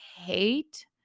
hate